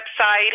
website